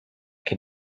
can